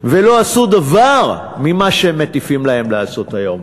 ולא עשו דבר ממה שהם מטיפים לעשות היום,